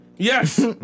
Yes